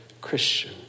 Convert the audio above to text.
Christian